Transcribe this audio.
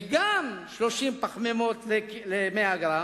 גם בשעועית מבושלת 30 גרם פחמימות ל-100 גרם,